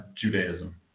Judaism